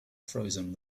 frozen